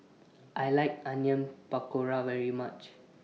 I like Onion Pakora very much